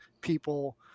people